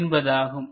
என்பதாகும்